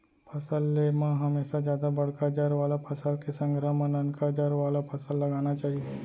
फसल ले म हमेसा जादा बड़का जर वाला फसल के संघरा म ननका जर वाला फसल लगाना चाही